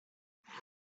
nine